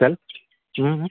total